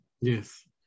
Yes